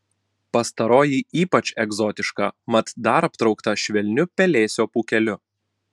pastaroji ypač egzotiška mat dar aptraukta švelniu pelėsio pūkeliu